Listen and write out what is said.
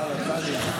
בעל התניא.